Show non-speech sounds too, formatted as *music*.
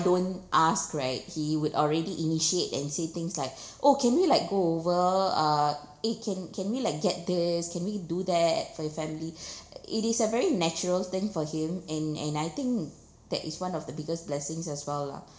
don't ask right he would already initiate and say things like *breath* oh can we like go over uh eh can can we like get this can we do that for your family *breath* it is a very natural thing for him and and I think that is one of the biggest blessings as well lah